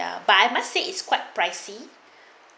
but I must say it's quite pricey